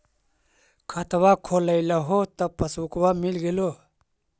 खतवा खोलैलहो तव पसबुकवा मिल गेलो?